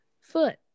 foot